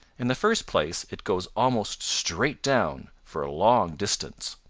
in the first place, it goes almost straight down for a long distance.